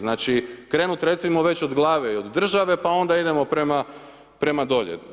Znači krenut recimo već od glave i od države, pa onda idemo prema, prema dolje.